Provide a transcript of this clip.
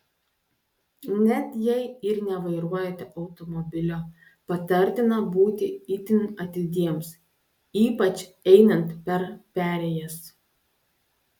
net jei ir nevairuojate automobilio patartina būti itin atidiems ypač einant per perėjas